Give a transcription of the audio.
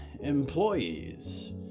employees